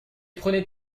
prenait